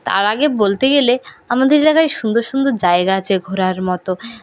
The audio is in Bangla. তার আগে বলতে গেলে আমাদের এলাকায় সুন্দর সুন্দর জায়গা আছে ঘোরার মতো